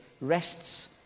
rests